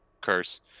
curse